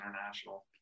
International